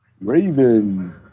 Raven